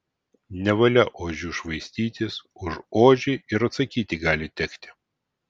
nevalia ožiu švaistytis už ožį ir atsakyti gali tekti